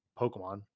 Pokemon